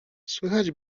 słychać